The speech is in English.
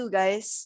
guys